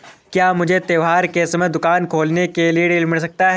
क्या मुझे त्योहार के समय दुकान खोलने के लिए ऋण मिल सकता है?